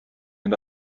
and